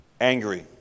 angry